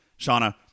Shauna